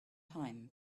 time